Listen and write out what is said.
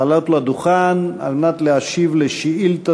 לעלות לדוכן על מנת להשיב על שאילתה